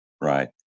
right